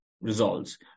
results